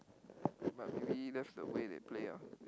but maybe that's the way they play ah